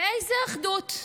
ואיזו אחדות,